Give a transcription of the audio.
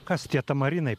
kas tie tamarinai